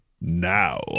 now